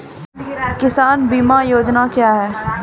किसान बीमा योजना क्या हैं?